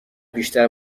بیشتر